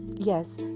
Yes